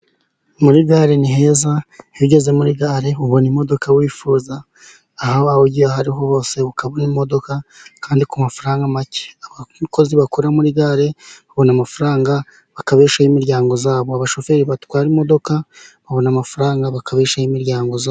Muri gare ni heza, iyo ugeze muri gare ubona imodoka wifuza aho ugiye aho ariho hose ukabona imodoka, kandi ku mafaranga make, abakozi bakora muri gare babona amafaranga, bakibeshaho n'imiryango yabo, abashoferi batwara imodoka babona amafaranga bakabeshaho imiryango yabo.